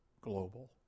global